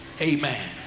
Amen